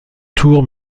tours